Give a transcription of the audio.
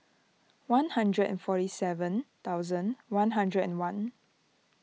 one hundred and forty seven thousand one hundred and one